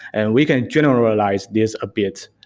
and we can generalize these a bit.